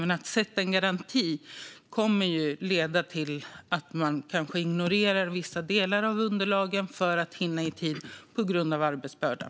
Men att sätta en garanti kommer att leda till att man kanske ignorerar vissa delar av underlagen för att hinna i tid på grund av arbetsbördan.